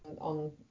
on